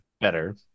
better